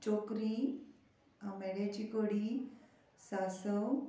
चोकरी आंबेची कडी सासव